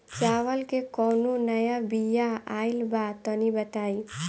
चावल के कउनो नया बिया आइल बा तनि बताइ?